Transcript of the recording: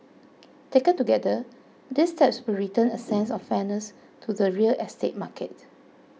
taken together these steps will return a sense of fairness to the real estate market